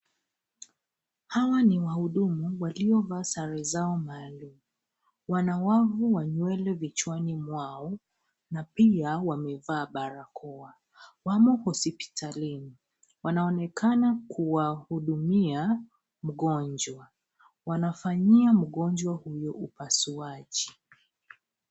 Hawa ni wahudumu waliovaa sare zao maalum. Wana wavu wa nywele vichwani mwao na pia wamevaa barakoa. Wamo hospitalini. Wanaonekana kuwahudumia mgonjwa. Wanafanyia mgonjwa huyo upasuaji.